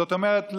זאת אומרת,